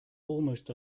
almost